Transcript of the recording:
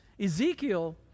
Ezekiel